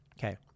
Okay